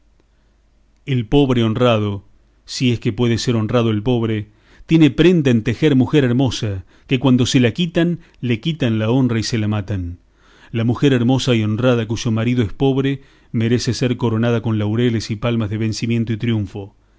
el pobre honrado si es que puede ser honrado el pobre tiene prenda en tener mujer hermosa que cuando se la quitan le quitan la honra y se la matan la mujer hermosa y honrada cuyo marido es pobre merece ser coronada con laureles y palmas de vencimiento y triunfo